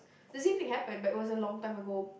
the same thing happened but it was a long time ago